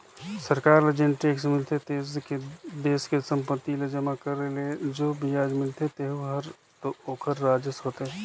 सरकार ल जेन टेक्स मिलथे देस के संपत्ति ल जमा करे ले जो बियाज मिलथें तेहू हर तो ओखर राजस्व होथे